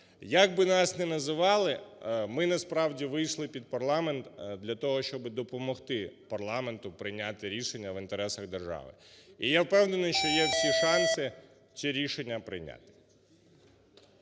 Як би нас не називали, ми насправді вийшли під парламент для того, щоб допомогти парламенту прийняти рішення в інтересах держави. І я впевнений, що є всі шанси ці рішення прийняти.